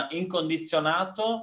incondizionato